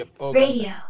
Radio